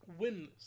winless